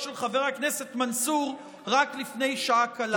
של חבר הכנסת מנסור רק לפני שעה קלה.